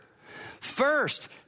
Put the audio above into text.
First